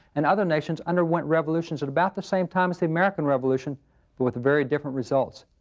and other nations underwent revolutions at about the same time as the american revolution but with very different results.